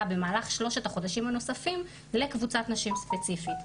במהלך שלושת החודשים הנוספים לקבוצת נשים ספציפית.